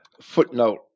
footnote